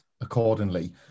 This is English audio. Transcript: accordingly